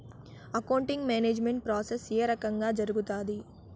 accounting management process ఏ రకంగా జరుగుతాది